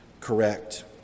correct